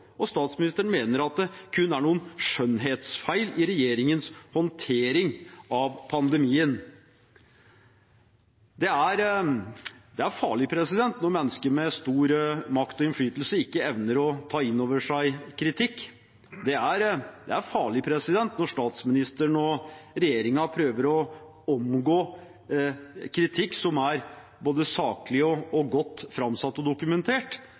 og statsministeren mener at det kun er noen skjønnhetsfeil i regjeringens håndtering av pandemien. Det er farlig når mennesker med stor makt og innflytelse ikke evner å ta inn over seg kritikk. Det er farlig når statsministeren og regjeringen prøver å omgå kritikk som er både saklig og godt framsatt og dokumentert.